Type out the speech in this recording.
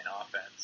offense